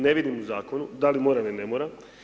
Ne vidim u zakonu da li mora ili ne mora.